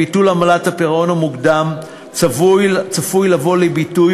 ביטול עמלת הפירעון המוקדם צפוי לבוא לביטוי